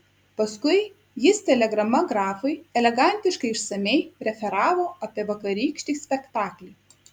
paskui jis telegrama grafui elegantiškai išsamiai referavo apie vakarykštį spektaklį